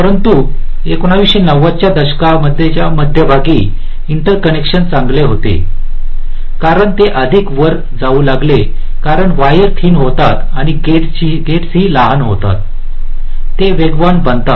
परंतु 90 च्या दशकाच्या मध्यभागी इंटरकनेक्शन चांगले होते कारण ते आदिक वर जाऊ लागले कारण वायर थीन होतात आणि गेट्स ही लहान होतात ते वेगवान बनतात